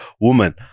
woman